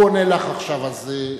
הוא עונה לך עכשיו אז,